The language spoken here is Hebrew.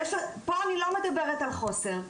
פה אני לא מדברת על חוסר,